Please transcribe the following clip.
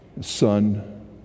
son